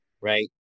right